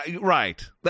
right